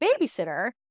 babysitter